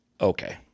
Okay